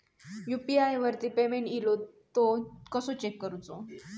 UPI वरती payment इलो तो कसो चेक करुचो?